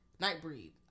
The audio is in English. Nightbreed